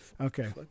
Okay